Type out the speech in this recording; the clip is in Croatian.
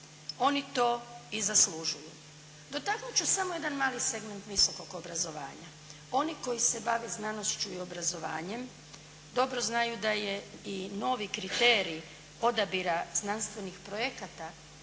Oni to i zaslužuju. Dotaknuti ću samo jedan mali segment visokog obrazovanja. Oni koji se bave znanošću i obrazovanjem dobro znaju da je i novi kriterij odabira znanstvenih projekata